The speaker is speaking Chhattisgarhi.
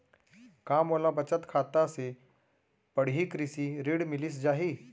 का मोला बचत खाता से पड़ही कृषि ऋण मिलिस जाही?